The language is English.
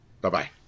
Bye-bye